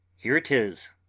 here it is.